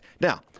Now